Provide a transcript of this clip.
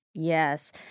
Yes